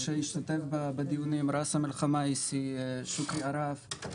שהשתתף בדיונים "ראסן אל חמייס", "שוקי ערף".